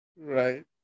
Right